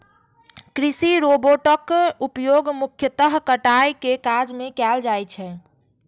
कृषि रोबोटक उपयोग मुख्यतः कटाइ के काज मे कैल जाइ छै